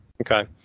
Okay